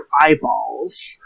eyeballs